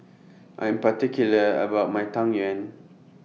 I'm particular about My Tang Yuen